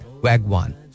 WAGWAN